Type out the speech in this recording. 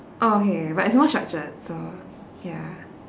oh okay but it's more structured so ya